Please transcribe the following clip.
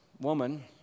woman